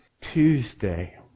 Tuesday